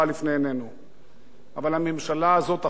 אבל הממשלה הזאת הפכה את הדברים על פיהם.